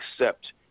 accept